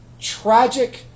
tragic